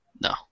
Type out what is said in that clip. No